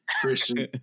Christian